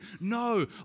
No